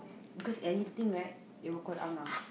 because anything right they will call Ah-Ngah